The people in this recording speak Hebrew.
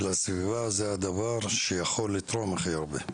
יש לנו הצגה לאורך השנים של מספרי התמותה.